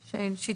לא, שהיא תדבר.